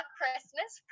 Christmas